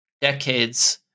decades